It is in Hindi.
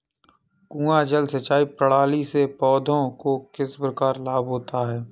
कुआँ जल सिंचाई प्रणाली से पौधों को किस प्रकार लाभ होता है?